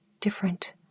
different